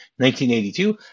1982